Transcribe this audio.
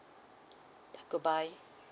goodbye